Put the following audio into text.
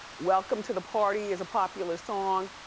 welcome to the party is a popular song.